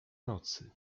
nocy